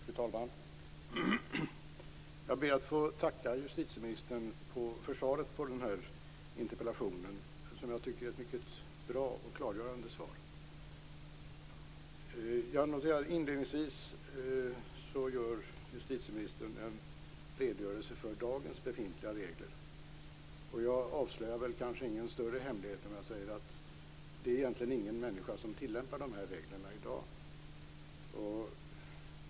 Fru talman! Jag ber att få tacka justitieministern för svaret på interpellationen. Det är ett mycket bra och klargörande svar. Inledningsvis gav justitieministern en redogörelse för befintliga regler i dag. Jag avslöjar ingen större hemlighet när jag säger att ingen egentligen tillämpar reglerna i dag.